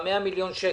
100 מיליון שקלים.